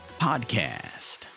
podcast